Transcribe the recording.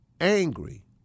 angry